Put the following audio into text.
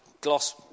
gloss